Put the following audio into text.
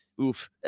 oof